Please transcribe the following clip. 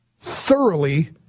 thoroughly